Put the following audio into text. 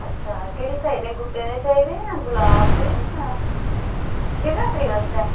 अच्छा केह्ड़े चाहिदे गुट्टे दे चाहिदे यां गुलाब दे यां शिवरात्रि वास्तै